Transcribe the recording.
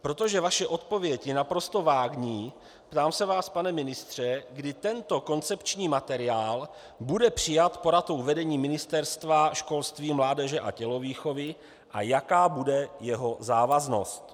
Protože vaše odpověď je naprosto vágní, ptám se vás, pane ministře, kdy tento koncepční materiál bude přijat poradou vedení Ministerstva školství, mládeže a tělovýchovy a jaká bude jeho závaznost.